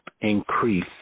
increase